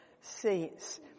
seats